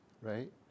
right